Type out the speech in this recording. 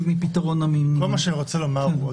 מפתרון --- כל מה שאני רוצה לומר הוא,